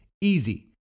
easy